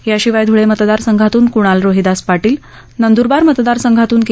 याशिवाय धुळे मतदारसंघातून कुणाल रोहिदास पाटील नंदुरबार मतदारसंघातून के